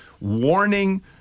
warning